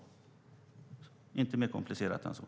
Det är inte mer komplicerat än så.